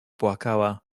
płakała